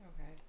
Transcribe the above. Okay